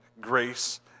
grace